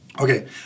okay